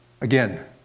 Again